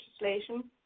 legislation